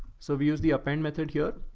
so we use the append method here.